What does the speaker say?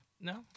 No